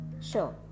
sure